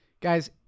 guys